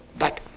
but,